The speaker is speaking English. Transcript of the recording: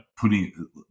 putting